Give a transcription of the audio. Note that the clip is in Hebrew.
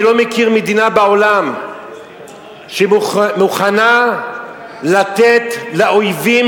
אני לא מכיר מדינה בעולם שמוכנה לתת לאויבים